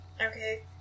Okay